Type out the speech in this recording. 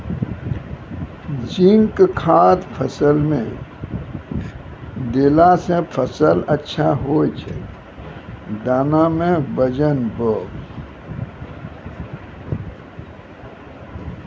zinc खाद फ़सल मे देला से फ़सल अच्छा होय छै दाना मे वजन ब